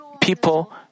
people